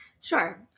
Sure